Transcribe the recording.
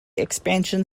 expansion